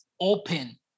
open